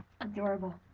adorable